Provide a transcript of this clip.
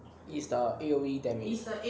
is the A_O_E damage